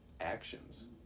actions